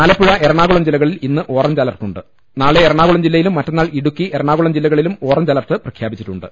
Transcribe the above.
ആലപ്പുഴ എറണാകുളം ജില്ലകളിൽ ഇന്ന് ഓറഞ്ച് അലർട്ടുണ്ട് നാളെ എറണാകുളം ജില്ലയിലും മറ്റന്നാൾ ഇടുക്കി എറണാകുളം ജില്ലകളിലും ഓറഞ്ച് അലർട്ട് പ്രഖ്യാപിച്ചിട്ടുണ്ട്